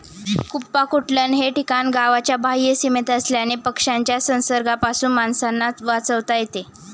कुक्पाकुटलन हे ठिकाण गावाच्या बाह्य सीमेत असल्याने पक्ष्यांच्या संसर्गापासून माणसांना वाचवता येते